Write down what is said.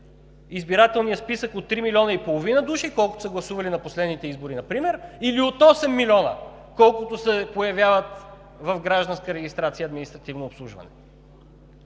избирателния списък от три милиона и половина души, колкото са гласували на последните избори например, или от осем милиона, колкото се появяват в „Гражданска регистрация и административно обслужване“.